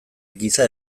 giza